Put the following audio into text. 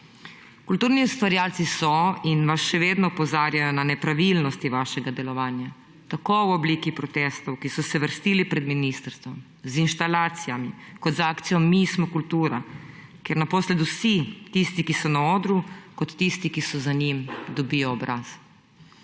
Kulturni ustvarjalci so in vas še vedno opozarjajo na nepravilnosti vašega delovanja, tako v obliki protestov, ki so se vrstili pred ministrstvom, z inštalacijami, kot z akcijo Mi smo kultura, ker naposled vsi tisti, ki so na odru, kot tisti, ki so za njim, dobijo obraz;